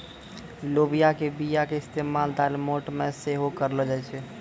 लोबिया के बीया के इस्तेमाल दालमोट मे सेहो करलो जाय छै